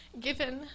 given